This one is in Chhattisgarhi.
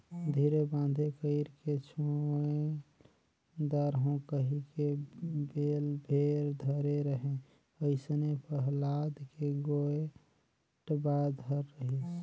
धीरे बांधे कइरके छोएड दारहूँ कहिके बेल भेर धरे रहें अइसने पहलाद के गोएड बात हर रहिस